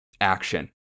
action